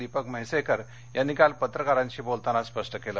दीपक म्हैसेकर यांनी काल पत्रकारांशी बोलताना स्पष्ट केलं